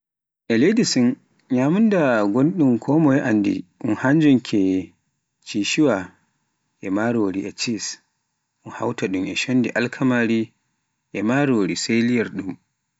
E Sin nyamunda gonɗum konmoye anndi e hannjum ke Sichua e marori e cheesi, un hawta ɗum e shondi Alkamar e marori sai liyorɗum.